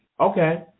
Okay